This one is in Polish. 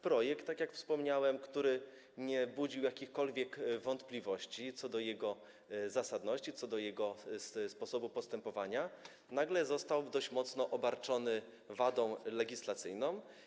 Projekt, tak jak wspomniałem, który nie budził jakichkolwiek wątpliwości co do zasadności, co do sposobu postępowania, nagle został dość mocno obarczony wadą legislacyjną.